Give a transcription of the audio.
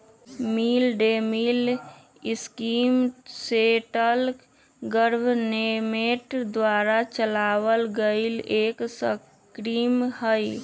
mid day meal scheme central government द्वारा चलावल गईल एक स्कीम हई